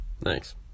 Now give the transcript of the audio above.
Thanks